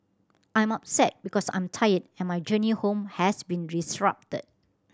I'm upset because I'm tired and my journey home has been disrupted